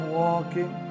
walking